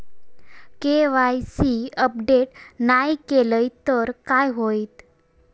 KYC update नाय केलय तर काय होईत?